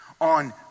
on